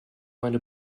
meine